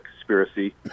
conspiracy